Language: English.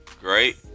great